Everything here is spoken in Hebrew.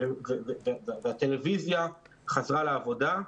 הטלוויזיה חזרה לעבודה,